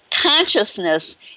Consciousness